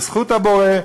בזכות הבורא,